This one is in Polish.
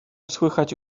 słychać